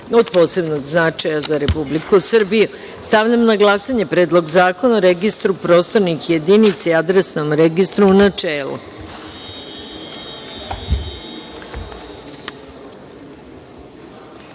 od posebnog značaja za Republiku Srbiju. Stavljam na glasanje Predlog zakona o Registru prostornih jedinica i Adresnom registru, u